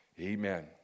Amen